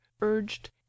urged